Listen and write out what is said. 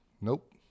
Nope